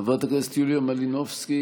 חברת הכנסת יוליה מלינובסקי,